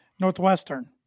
Northwestern